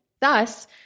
thus